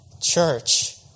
Church